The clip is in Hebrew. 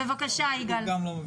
בבקשה, יגאל.